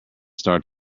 start